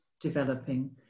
developing